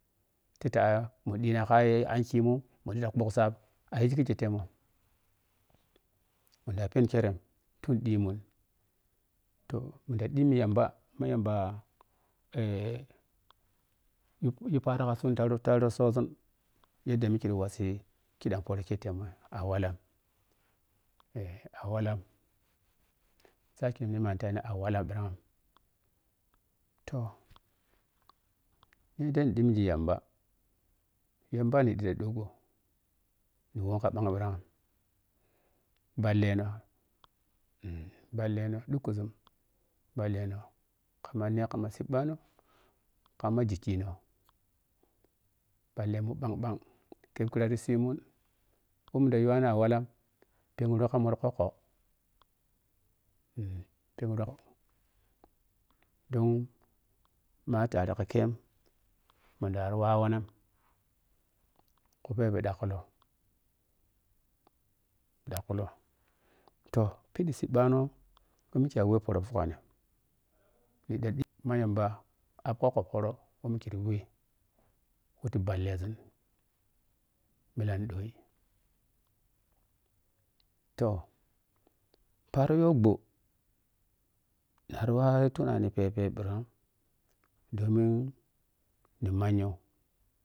Tita mu ɗhina ka an khimun mu ɗhita bhug saap ayighi khikye temo mun ɗa phen khirei tun ɗhi mun toh mun ɗa ɗhimmi yamba mi yamba eh yi yi paaro ka sun ta ta rutsaȝum yadd mikye re wassi khiɗam poro ke tema a walla eh a wallani sake meimentani a walla ɓhirag toh ni dai ni dhimmighi yamba yamba ni dhi ta ɗhimmo ni wom ka bung ɓrang bhalle no ɓhullen, ɗukkuȝum bhalle no kama ne kama siiohano kam ghikki nɔ phalle mu phaa-phag khep kra ti sii mun wɔ munda yuwan a walla phenghi niyamun ti kwoko don ma tarekachem mun dari wawa nang ku phebhe dhakkulo phoro wɛ mikere wle wɛti bhalle ȝun millan ɗai toh paaro ya pho nari wa wu tunani phep-pehep ɓhirag dominin ni manyhe.